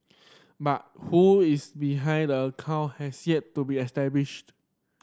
but who is behind the account has yet to be established